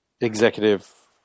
executive